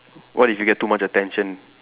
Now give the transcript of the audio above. what if you get too much attention